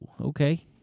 okay